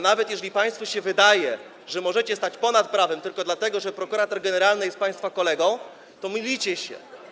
Nawet jeżeli państwu się wydaje, że możecie stać ponad prawem tylko dlatego, że prokurator generalny jest państwa kolegą, to mylicie się.